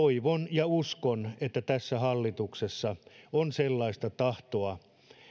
ja uskon että tässä hallituksessa on sellaista tahtoa